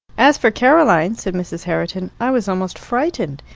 as for caroline, said mrs. herriton, i was almost frightened.